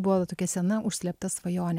buvo tokia sena užslėpta svajonė